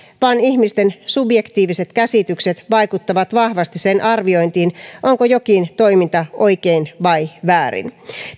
vaan ihmisten subjektiiviset käsitykset vaikuttavat vahvasti sen arviointiin onko jokin toiminta oikein vai väärin